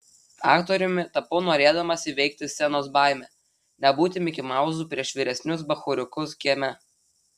aktoriumi tapau norėdamas įveikti scenos baimę nebūti mikimauzu prieš vyresnius bachūriukus kieme